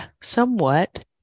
somewhat